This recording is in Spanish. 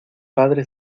padre